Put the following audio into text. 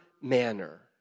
manner